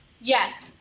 Yes